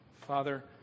Father